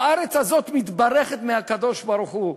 הארץ הזאת מתברכת מהקדוש-ברוך-הוא,